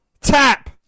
Tap